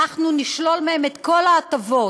אנחנו נשלול מהם את כל ההטבות.